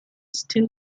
still